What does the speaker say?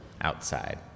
outside